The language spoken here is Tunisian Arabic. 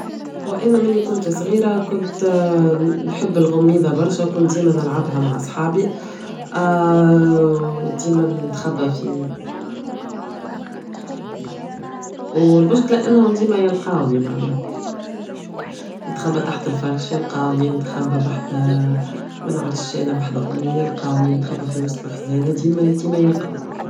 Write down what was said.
كان في لعبة في صغري حيث ننقسم لفريقين وناخذ أرقام ويقف شخص في المنتصف يمسك علم و يقول رقم ويركض صاحب الرقم من كل فريق مشان ياخذ العلم، و بتكون المنافسة قوية جدا بين الفريقين.